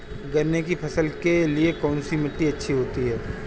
गन्ने की फसल के लिए कौनसी मिट्टी अच्छी होती है?